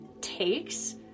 takes